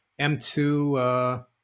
M2